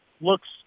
looks